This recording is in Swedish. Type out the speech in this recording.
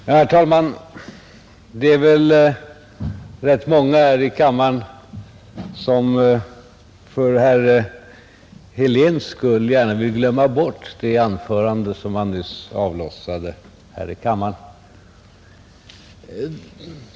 Herr talman! Det är väl rätt många här i kammaren som för herr Heléns skull gärna vill glömma bort det anförande som han nyss avlossade.